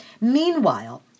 Meanwhile